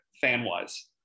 fan-wise